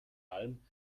alm